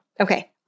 Okay